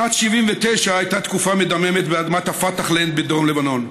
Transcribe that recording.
שנת 1979 הייתה תקופה מדממת באדמת הפתחלנד בדרום לבנון.